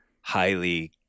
highly